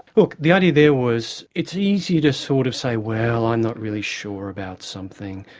well the idea there was it's easier to sort of say, well i'm not really sure about something,